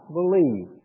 believe